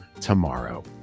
tomorrow